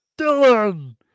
Dylan